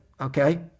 Okay